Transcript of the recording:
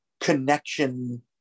connection